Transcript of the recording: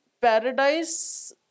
paradise